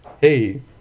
Hey